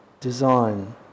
design